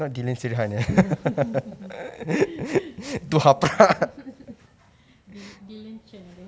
no dylan chen I think